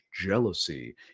jealousy